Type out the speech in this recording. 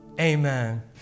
Amen